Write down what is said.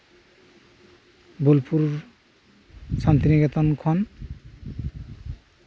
ᱵᱳᱞᱯᱩᱨ ᱥᱟᱱᱛᱤᱱᱤᱠᱮᱛᱚᱱ ᱠᱷᱚᱱ